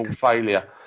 failure